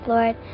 Lord